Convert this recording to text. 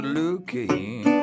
Looking